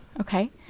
Okay